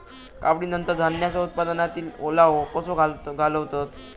कापणीनंतर धान्यांचो उत्पादनातील ओलावो कसो घालवतत?